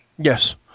Yes